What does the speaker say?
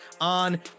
on